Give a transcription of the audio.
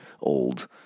old